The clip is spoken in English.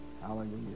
Hallelujah